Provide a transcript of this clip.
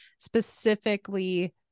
specifically